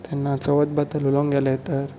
तेन्ना चवथ बाबतींत उलोवंक गेले तर